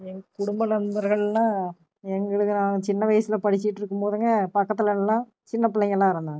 எங்கள் குடும்ப நண்பர்கள்னா எங்களுக்கு நாங்கள் சின்ன வயசில் படிச்சுட்ருக்கும் போதுங்க பக்கத்திலலாம் சின்ன பிள்ளைங்களா இருந்தாங்க